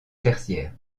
tertiaire